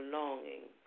longing